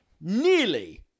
Nearly